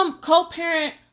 Co-parent